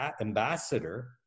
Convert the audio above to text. ambassador